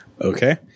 Okay